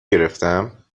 گرفتم